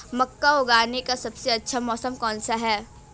मक्का उगाने का सबसे अच्छा मौसम कौनसा है?